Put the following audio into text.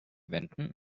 wänden